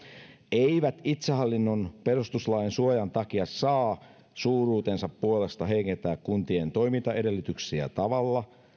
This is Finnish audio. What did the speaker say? eivät itsehallinnon perustuslain suojan takia saa suuruutensa puolesta heikentää kuntien toimintaedellytyksiä tavalla